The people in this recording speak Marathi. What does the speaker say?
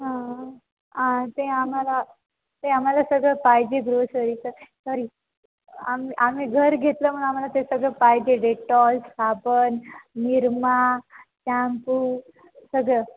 हं ते आम्हाला ते आम्हाला सगळं पाहिजे ग्रोसरीच सॉरी आम् आम्ही घर घेतलं म्हणून आम्हाला ते सगळं पाहिजे डेटॉल साबण निरमा शाम्पू सगळं